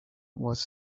was